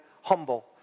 humble